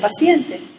paciente